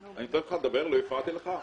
נתתי לך לדבר, לא הפרעתי לך.